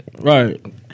Right